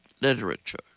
literature